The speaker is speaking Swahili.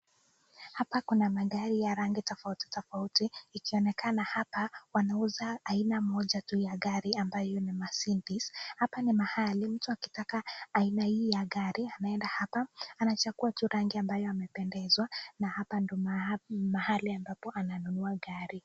Hapa kuna magari ya rangi tofautitofauti, ikionekana japa , wanauza aina moja tu ya gari, ambayo ni [ Mercedes], hapa ni mahali mtu akitaka aina hii ya gari, anaenda hapa anachagua rangi ambayo amependewa, na hapa ndio mahali ambapo ananunua gari.